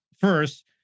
first